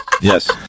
yes